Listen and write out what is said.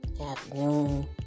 afternoon